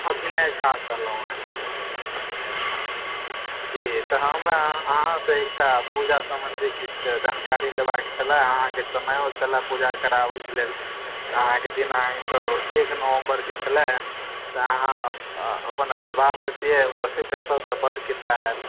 अभिनय झा कहलहुॅं है अच्छा जी तऽ हमरा अहाँसे एकटा पूजा संबंधित किछु जानकारी लेबाक छलए अहाँके समयो छलए पूजा कराबयके लेल अहाँके दिन अहाँके एक नवम्बरके छलए तऽ अहाँ अपन आशीर्वाद देतिए उपस्थित रहितहुॅं तऽ बड्ड कृपा हैत